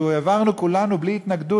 שהעברנו כולנו בלי התנגדות,